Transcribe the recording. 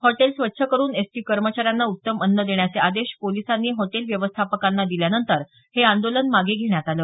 hotel स्वच्छ करून ST कर्मचाऱ्यांना उत्तम अन्न देण्याचे आदेश पोलिसांनी हॉटेल व्यवस्थापकांना दिल्यानंतर हे आंदोलन मागे घेण्यात आलं